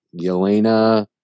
Yelena